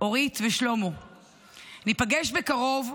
ניפגש בקרוב,